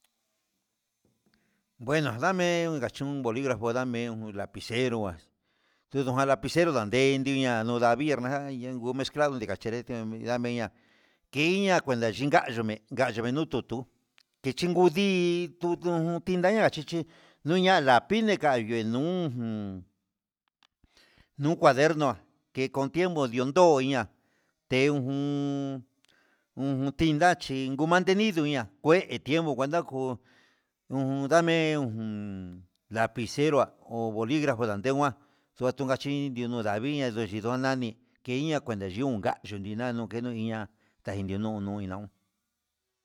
Nguena ndame inkachun ndame oligrafo ndamen jun lapicero jas xundandiña ndon daviiña exngume creo ndano ni kachete ndami'a, kinña nakuchi kuani ña'a nga nivee tu tutu kichingu dii ndikontinaña chachichi yuna lapiñena ninujun nuu kuaderno ke kon tiempo ndundo ko iña te ujun ujun tindachi nguma denidoña kué tiempo cuenta ko'o ujun ndame ujun lapicero ho boligrafo dannguema xuatu kachin diundu ndaviña ndexi ndon ndanii ke inia nduendi yuu nga yuu yuyinano kuenta iña'a yiunuu ninaun.